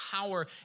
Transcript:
power